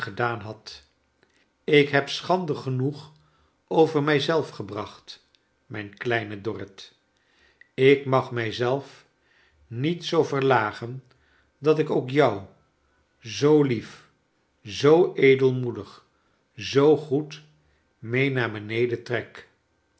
gedaan had ik heb schande genoeg over mij zelf gebracht mijn kleine dorrit ik mag mij zelf niet zoo verlagen dat ik ook jou zoo lief zoo edelmoedig zoo goed mee naar beneden